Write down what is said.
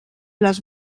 les